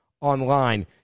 online